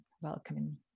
welcoming